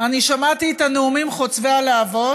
אני שמעתי את הנאומים חוצבי הלהבות